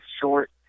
short